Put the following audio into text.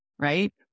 Right